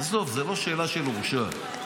עזוב, זו לא שאלה של הורשע.